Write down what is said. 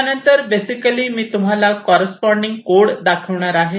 यानंतर बेसिकली मी तुम्हाला कॉररेस्पॉन्डिन्ग कोड देखील दाखवणार आहे